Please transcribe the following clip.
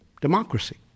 democracy